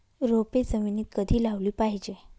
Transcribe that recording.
रोपे जमिनीत कधी लावली पाहिजे?